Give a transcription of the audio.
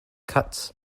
cuts